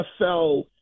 NFL